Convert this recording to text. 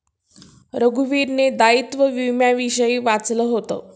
रघुवीरने दायित्व विम्याविषयी वाचलं होतं